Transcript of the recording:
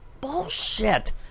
bullshit